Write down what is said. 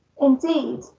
Indeed